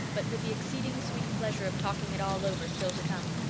but with the exceeding sweet pleasure of talking it all over still to come.